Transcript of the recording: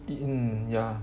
mm ya